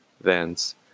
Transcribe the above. Vans